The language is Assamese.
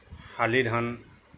শালি ধান